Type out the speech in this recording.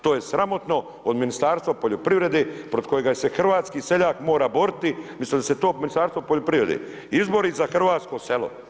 To je sramotno od Ministarstva poljoprivrede pored kojega se hrvatski seljak mora boriti, umjesto da se to Ministarstvo poljoprivrede izbori za hrvatsko selo.